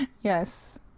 Yes